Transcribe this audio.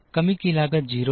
कमी की लागत 0 है